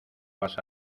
vas